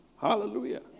Hallelujah